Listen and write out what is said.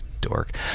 dork